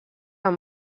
amb